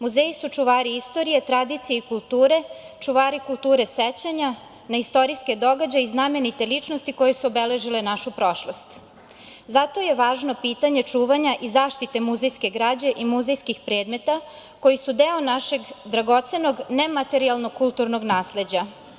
Muzeji su čuvari istorije, tradicije i kulture, čuvari kulture sećanja na istorijske događaje i znamenite ličnosti koje su obeležile našu prošlost, zato je važno pitanje čuvanja i zaštite muzejske građe i muzejskih predmeta koji su deo našeg dragocenog nematerijalnog kulturnog nasleđa.